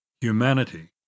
Humanity